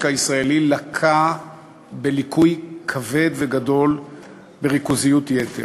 הישראלי לקה בליקוי כבד וגדול של ריכוזיות יתר.